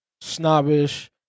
snobbish